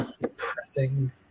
depressing